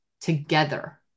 together